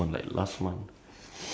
I got flu and cough